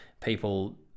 people